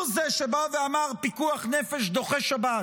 הוא זה שבא ואמר: פיקוח נפש דוחה שבת.